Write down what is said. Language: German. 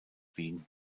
wien